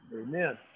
Amen